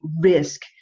risk